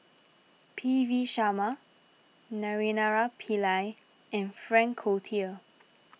P V Sharma Naraina Pillai and Frank Cloutier